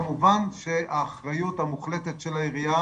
כמובן שהאחריות המוחלטת של העירייה